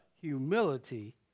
humility